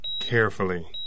carefully